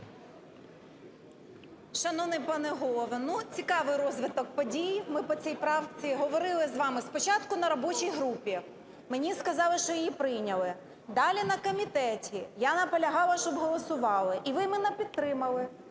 Шановний пане голово, ну, цікавий розвиток подій. Ми по цій правці говорили з вами спочатку на робочій групі, мені сказали, що її прийняли. Далі на комітеті, я наполягала, щоб голосували, і ви мене підтримали.